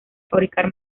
fabricar